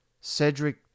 Cedric